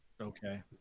Okay